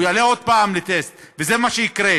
הוא יעלה עוד פעם לטסט, וזה מה שיקרה.